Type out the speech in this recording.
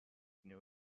new